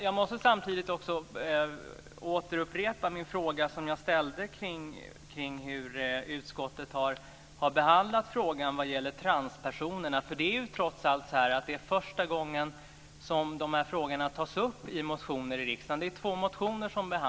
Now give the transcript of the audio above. Jag måste samtidigt återupprepa min fråga om hur utskottet har behandlat frågan om tranpersonerna. Det är trots allt första gången som dessa frågor tas upp i motioner i riksdagen. Det är två motioner.